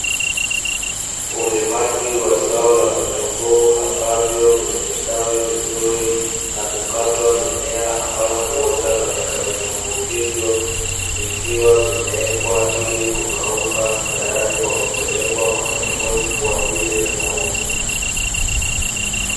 Ulimaji wa zao la vitunguu ambavyo vimestawi vizuri na kukatwa mimea ambayo huota katika vitunguu hivyo, vikiwa vimewekwa ili kukauka tayari kwa kupelekwa masokoni kwa ajili ya mauzo.